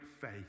faith